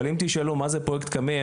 אבל אם תשאלו מה זה פרוייקט קמ"ע,